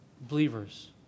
believers